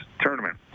tournament